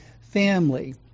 family